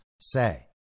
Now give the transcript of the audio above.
say